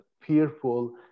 fearful